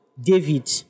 David